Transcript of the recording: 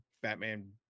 batman